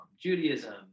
judaism